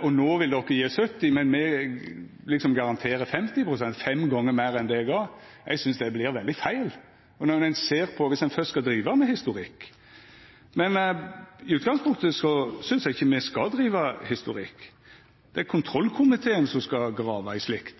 og no vil ein gje 70, mens me garanterer 50 pst., fem gongar meir enn det ein gav. Eg synest det vert veldig feil – når ein ser på dette, dersom ein først skal driva med historikk. Men i utgangspunktet synest eg ikkje me skal driva med historikk; det er kontrollkomiteen som skal grava i slikt.